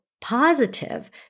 positive